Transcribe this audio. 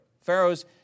Pharaoh's